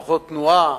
פחות תנועה,